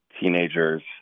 teenagers